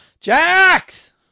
Jax